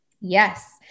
Yes